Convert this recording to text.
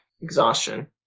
exhaustion